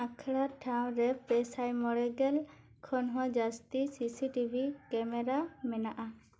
ᱟᱠᱷᱲᱟ ᱴᱟᱶᱨᱮ ᱯᱮ ᱥᱟᱭ ᱢᱚᱬᱮ ᱜᱮᱞ ᱠᱷᱚᱱ ᱦᱚᱸ ᱡᱟᱹᱥᱛᱤ ᱥᱤᱥᱤ ᱴᱤᱵᱷᱤ ᱠᱮᱢᱮᱨᱟ ᱢᱮᱱᱟᱜᱼᱟ